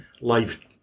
life